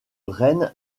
rennes